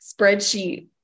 spreadsheet